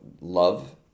love